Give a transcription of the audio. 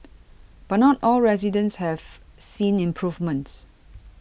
but not all residents have seen improvements